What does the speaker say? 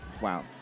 Wow